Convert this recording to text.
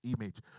image